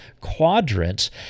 quadrants